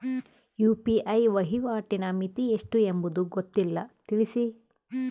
UPI ವಹಿವಾಟಿನ ಮಿತಿ ಎಷ್ಟು ಎಂಬುದು ಗೊತ್ತಿಲ್ಲ? ತಿಳಿಸಿ?